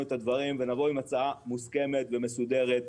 את הדברים ונבוא עם הצעה מוסכמת ומסודרת,